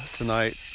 tonight